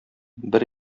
бер